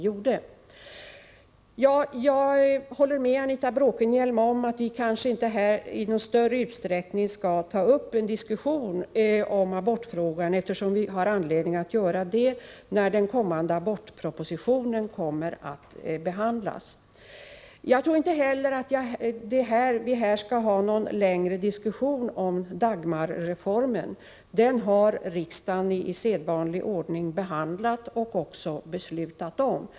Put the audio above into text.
Jag håller med Anita Bråkenhielm om att vi inte här i någon större utsträckning skall ta upp en diskussion om abortfrågor, eftersom vi får anledning att göra det när abortpropositionen behandlas. Jag tror inte heller att vi här skall ha någon längre diskussion om Dagmarreformen. Den har riksdagen i sedvanlig ordning behandlat och också beslutat om.